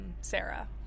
sarah